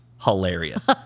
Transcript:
hilarious